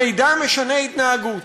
המידע משנה התנהגות.